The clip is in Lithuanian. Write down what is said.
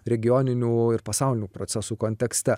regioninių ir pasaulinių procesų kontekste